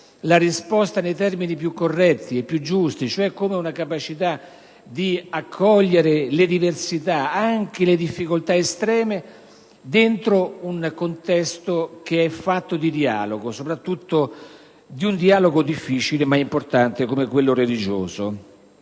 la risposta nei termini più corretti e giusti, cioè come una capacità di accogliere le diversità, anche le difficoltà estreme, in un contesto fatto di dialogo, soprattutto difficile, ma importante, come quello religioso.